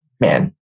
man